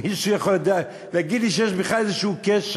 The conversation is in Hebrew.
מישהו יודע להגיד לי שיש בכלל איזה קשר?